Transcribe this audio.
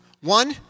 One